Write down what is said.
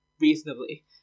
reasonably